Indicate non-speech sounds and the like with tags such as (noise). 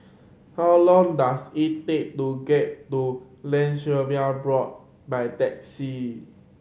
(noise) how long does it take to get to Land Surveyors Board by taxi